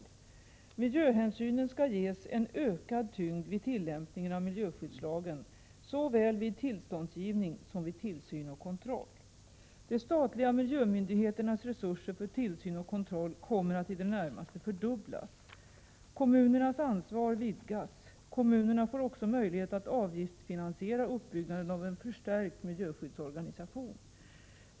— Miljöhänsynen skall ges en ökad tyngd vid tillämpningen av miljöskyddslagen, såväl vid tillståndsgivning som vid tillsyn och kontroll. — De statliga miljömyndigheternas resurser för tillsyn och kontroll kommer att i det närmaste fördubblas. - Kommunernas ansvar vidgas. Kommunerna får också möjlighet att avgiftsfinansiera uppbyggnaden av en förstärkt miljöskyddsorganisation.